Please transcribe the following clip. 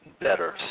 better